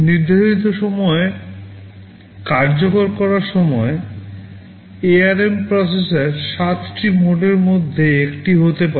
নির্ধারিত সময়ে কার্যকর করার সময় ARM প্রসেসর 7 টি মোডের মধ্যে একটি হতে পারে